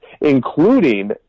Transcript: including